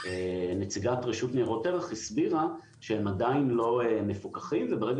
נציגת הרשות לניירות ערך הסבירה שהם עדיין לא מפוקחים וברגע